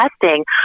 testing